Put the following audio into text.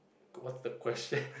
what the question